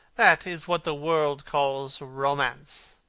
that is what the world calls a romance.